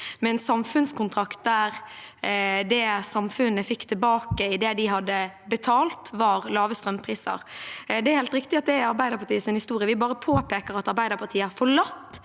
og en samfunnskontrakt der det som samfunnet fikk tilbake av det de hadde betalt, var lave strømpriser – det er ikke Rødts historie. Det er helt riktig at det er Arbeiderpartiets historie. Vi bare påpeker at Arbeiderpartiet har forlatt